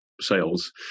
sales